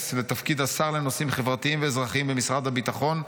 לתפקיד השר לנושאים חברתיים ואזרחיים במשרד הביטחון,